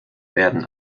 werden